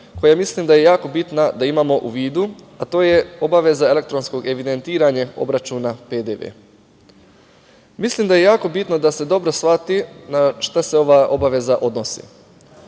koju mislim da je jako bitna da imamo u vidu, a to je obaveza elektronskog evidentiranja obračuna PDV. Mislim da je jako bitno da se dobro shvati na šta se ova obaveza odnosi.